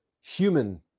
human